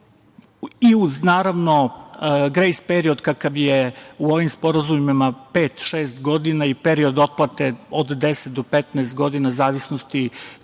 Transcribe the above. i uz, naravno, grejs period kakav je u ovim sporazumima, pet-šest godina i period otplate od 10 do 15 godine, u zavisnosti